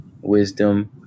wisdom